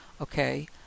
okay